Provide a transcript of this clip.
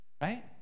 right